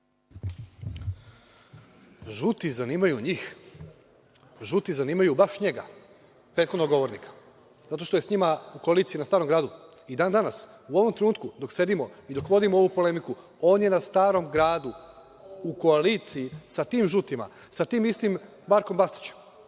Žuti zanimaju njih. Žuti zanimaju baš njega, prethodnog govornika, zato što je sa njima u koaliciji na Starom gradu. I dan-danas, u ovom trenutku, dok sedimo i dok vodimo ovu polemiku, on je na Starom gradu u koaliciji sa tim žutima, sa tim istim Markom Bastaćem,